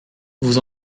vous